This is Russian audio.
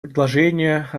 предложения